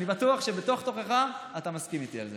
אני בטוח שבתוך תוכך אתה מסכים איתי על זה.